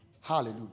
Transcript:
Hallelujah